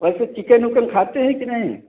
वैसे चीकन उकन खाते हैं कि नहीं